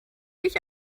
dich